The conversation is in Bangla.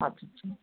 আচ্ছা আচ্ছা